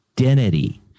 identity